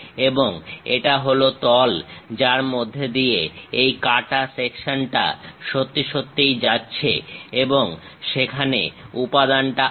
এবং এটা হলো তল যার মধ্যে দিয়ে এই কাটা সেকশনটা সত্যি সত্যিই যাচ্ছে এবং সেখানে উপাদানটা আছে